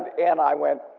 and i went,